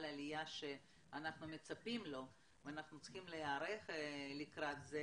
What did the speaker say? עלייה שאנחנו מצפים לו ואנחנו צריכים להיערך לקראת זה,